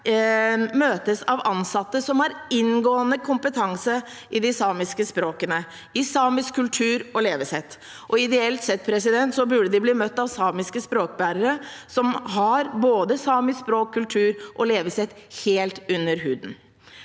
møtes av ansatte som har inngående kompetanse i de samiske språkene og i samisk kultur og levesett. Ideelt sett burde de bli møtt av samiske språkbærere som har både samisk språk, kultur og levesett helt under huden.